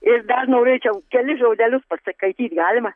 ir dar norėčiau kelis žodelius pasakaityt galima